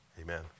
Amen